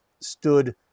stood